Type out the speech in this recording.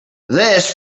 this